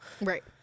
Right